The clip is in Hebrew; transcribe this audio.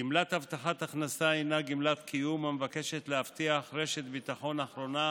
גמלת הבטחת הכנסה היא גמלת קיום המבקשת להבטיח רשת ביטחון אחרונה